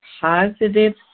positive